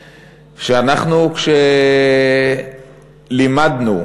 שאנחנו, כשלימדנו